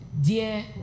Dear